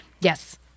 Yes